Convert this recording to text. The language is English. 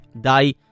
die